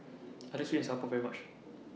I like Sweet and Sour Pork very much